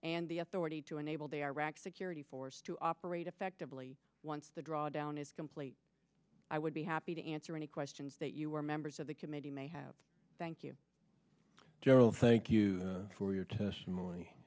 and the authority to enable the iraqi security force to operate effectively once the drawdown is complete i would be happy to answer any questions that you were members of the committee may have thank you general thank you for your testimony